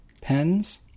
pens